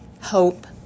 hope